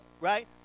right